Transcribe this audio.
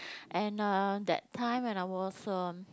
and uh that time when I was um